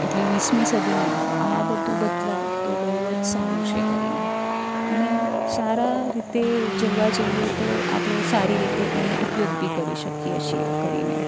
એટલે વીસમી સદીમાં આ બધું બદલાવ તો બહુ જ સારું છે કરીને અને સારા રીતે જોવા જઇએ તો આપણે સારી રીતે એનો ઉપયોગ બી કરી શકીએ છીએ કરીને